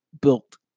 built